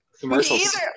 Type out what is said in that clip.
Commercials